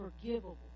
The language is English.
forgivable